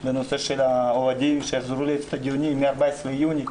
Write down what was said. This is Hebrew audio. לגבי האוהדים שיחזרו לאצטדיונים מ-14 ביוני.